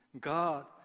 God